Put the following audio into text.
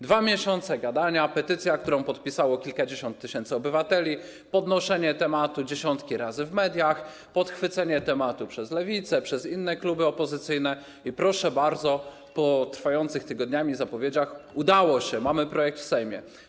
2 miesiące gadania, petycja, którą podpisało kilkadziesiąt tysięcy obywateli, podnoszenie tematu dziesiątki razy w mediach, podchwycenie tematu przez Lewicę, przez inne kluby opozycyjne i proszę bardzo, po trwających tygodniami zapowiedziach udało się, mamy projekt w Sejmie.